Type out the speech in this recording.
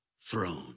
throne